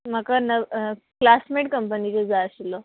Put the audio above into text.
म्हाका नव क्लासमेट कंपनीचो जाय आशिल्लो